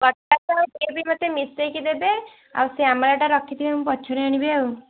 potash D A P ମତେ ମିଶେଇକି ଦେବେ ଆଉ ଶ୍ୟାମଳାଟା ରଖିଥିବେ ମୁଁ ପଛରେ ଆଣିବି ଆଉ